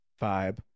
vibe